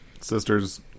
sister's